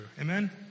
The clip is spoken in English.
Amen